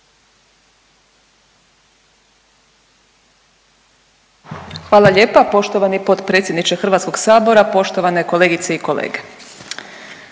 Hvala lijepo poštovani potpredsjedniče Hrvatskog sabora. Poštovani kolega Borić